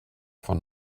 von